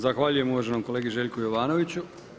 Zahvaljujem uvaženom kolegi Željku Jovanoviću.